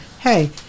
Hey